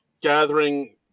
gathering